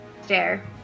stare